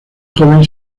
joven